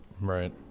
Right